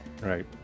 Right